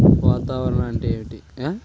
వాతావరణం అంటే ఏమిటి?